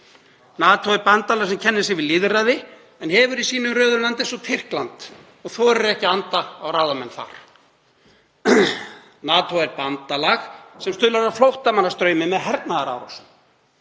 NATO er bandalag sem kennir sig við lýðræði en hefur í sínum röðum land eins og Tyrkland og þorir ekki að anda á ráðamenn þar. NATO er bandalag sem stuðlar að flóttamannastraumi með hernaðarárásum.